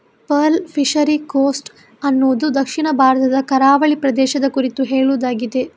pearl fishery coast ಅನ್ನುದು ದಕ್ಷಿಣ ಭಾರತದ ಕರಾವಳಿ ಪ್ರದೇಶದ ಕುರಿತು ಹೇಳುದಾಗಿದೆ